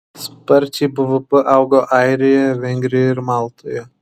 sparčiai bvp augo airijoje vengrijoje ir maltoje